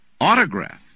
autograph